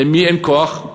למי אין כוח,